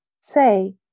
say